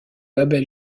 label